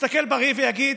יסתכל בראי ויגיד: